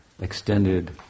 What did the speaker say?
extended